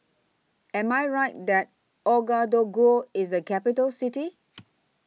Am I Right that Ouagadougou IS A Capital City